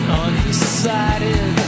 undecided